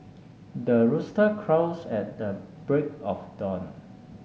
the rooster crows at the break of dawn